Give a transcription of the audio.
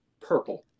purple